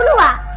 la